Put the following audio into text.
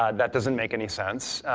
ah that doesn't make any sense,